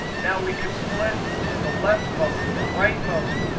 now we could split at the leftmost, the rightmost,